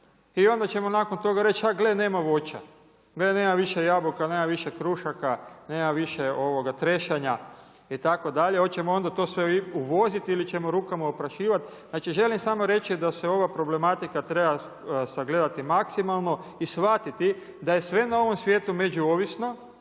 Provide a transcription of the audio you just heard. i onda ćemo nakon toga reć a gle nema voća. Nema više jabuka, nema više krušaka, nema više trešanja itd. hoćemo onda to sve uvoziti ili ćemo rukama oprašivat. Znači želim samo reći da se ova problematika treba sagledati maksimalno i shvatiti da je sve na ovom svijetu međuovisno